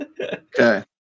Okay